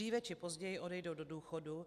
Dříve či později odejdou do důchodu.